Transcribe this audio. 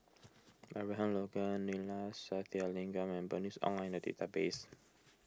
Abraham Logan Neila Sathyalingam and Bernice Ong are in the database